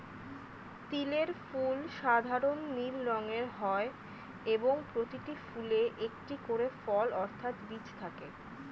তিলের ফুল সাধারণ নীল রঙের হয় এবং প্রতিটি ফুলে একটি করে ফল অর্থাৎ বীজ থাকে